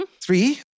Three